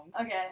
Okay